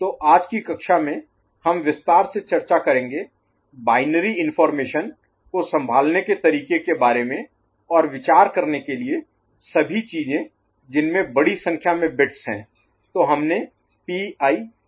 तो आज की कक्षा में हम विस्तार से चर्चा करेंगे बाइनरी इनफार्मेशन Binary Information द्विआधारी जानकारी को संभालने के तरीके के बारे में और विचार करने के लिए सभी चीजें जिनमें बड़ी संख्या में बिट्स हैं तो हमने PIPO देखा है